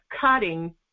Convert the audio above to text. cutting